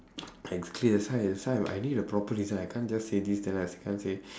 exactly that's why that's why I need a proper reason I can't just say this then I can't say